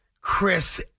Chris